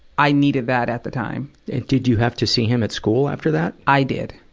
i needed that at the time. and did you have to see him at school after that? i did.